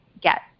get